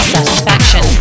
Satisfaction